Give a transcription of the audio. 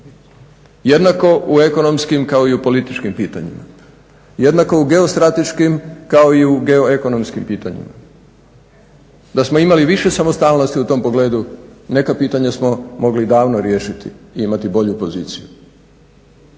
jednako u ekonomskim kao i u političkim pitanjima, jednako u geostrateškim kao i u geoekonomskim pitanjima. Da smo imali više samostalnosti u tom pogledu neka pitanja smo mogli davno riješiti i imati bolju poziciju,